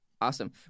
Awesome